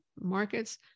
markets